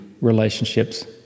relationships